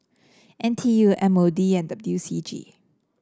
N T U M O D and W C G